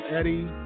Eddie